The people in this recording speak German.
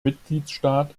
mitgliedstaat